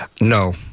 No